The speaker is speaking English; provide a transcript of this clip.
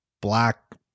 black